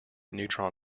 neutron